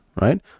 right